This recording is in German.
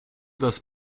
das